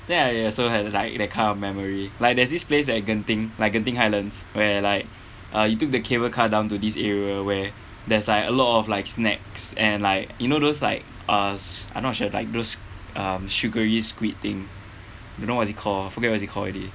think I also have like that kind of memory like there's this place at genting like genting highlands where like uh you took the cable car down to this area where there's like a lot of like snacks and like you know those like I'm not sure like those um sugary squid thing don't know what is it called forget what is it called already